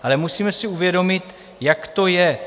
Ale musíme si uvědomit, jak to je.